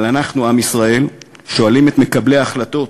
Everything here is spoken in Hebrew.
אבל אנחנו, עם ישראל, שואלים את מקבלי ההחלטות,